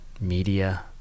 media